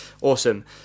awesome